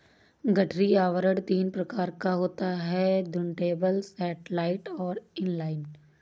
गठरी आवरण तीन प्रकार का होता है टुर्नटेबल, सैटेलाइट और इन लाइन